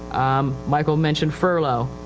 um, michael mentioned furlough.